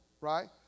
right